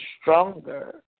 stronger